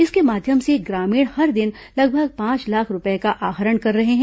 इसके माध्यम से ग्रामीण हर दिन लगभग पांच लाख रूपए का आहरण कर रहे हैं